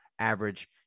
average